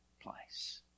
place